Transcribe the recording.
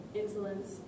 insolence